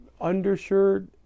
undershirt